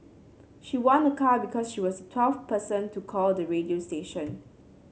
she won a car because she was twelfth person to call the radio station